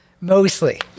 Mostly